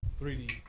3d